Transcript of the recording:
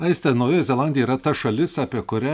aiste naujoji zelandija yra ta šalis apie kurią